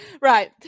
Right